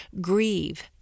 grieve